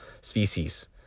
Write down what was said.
species